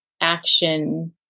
action